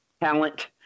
talent